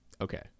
okay